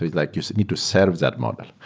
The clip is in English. like you need to serve that model.